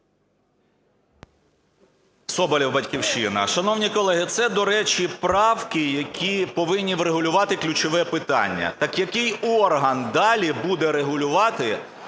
Соболєв, "Батьківщина". Шановні колеги, це, до речі, правки, які повинні врегулювати ключове питання: так який орган далі буде регулювати